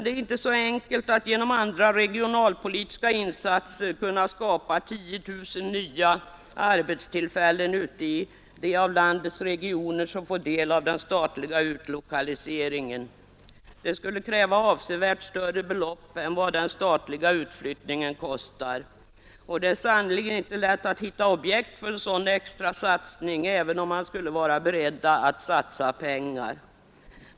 Det är inte så enkelt att genom andra regionalpolitiska insatser skapa 10 000 nya arbetstillfällen i de av landets regioner som nu får del av den statliga utlokaliseringen. Det skulle kräva avsevärt större belopp än den statliga utflyttningen kostar. Och det är sannerligen inte lätt att hitta objekt för en sådan extra satsning, även om man skulle vara beredd att satsa pengar.